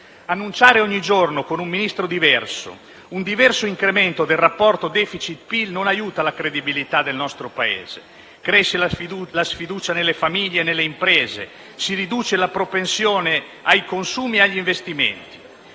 Annunciare ogni giorno con un Ministro diverso un diverso incremento del rapporto *deficit*/PIL non aiuta la credibilità del nostro Paese. Cresce la sfiducia nelle famiglie e nelle imprese. Si riduce la propensione ai consumi e agli investimenti.